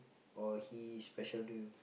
or he special to you